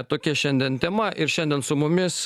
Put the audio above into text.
tokia šiandien tema ir šiandien su mumis